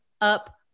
up